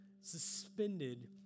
Suspended